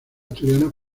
asturianos